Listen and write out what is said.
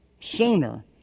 sooner